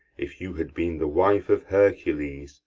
if you had been the wife of hercules,